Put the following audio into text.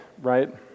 Right